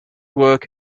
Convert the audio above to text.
work